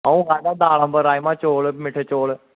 अंऊ खाद्धा चौल दाल राजमांह् अम्बल ते मिट्ठे चौल